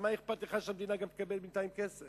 אז מה אכפת לך שהמדינה גם תקבל בינתיים כסף.